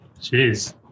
Jeez